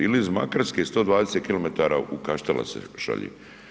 Ili iz Makarske 120km u Kaštele se šalje.